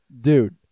dude